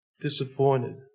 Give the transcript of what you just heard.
disappointed